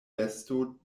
besto